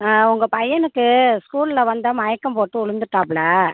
உங்கள் பையனுக்கு ஸ்கூலில் வந்து மயக்கம் போட்டு விழுந்துட்டாப்ல